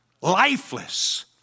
lifeless